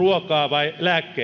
vai lääkkeitä tämä on